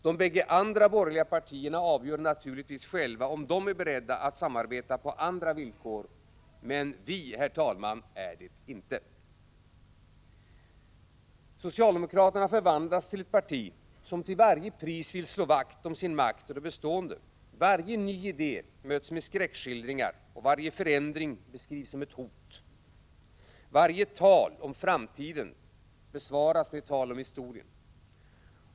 De bägge andra borgerliga partierna avgör naturligtvis själva om de är beredda att samarbeta på andra villkor. Men vi, herr talman, är det inte. Socialdemokraterna har förvandlats till ett parti som till varje pris vill slå — Prot. 1985/86:9 vakt om sin makt och det bestående. Varje ny idé möts med skräckskildring 15 oktober 1985 ar. Varje förändring beskrivs som ett hot. Varje tal om framtiden besvaras med tal om historien.